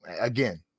again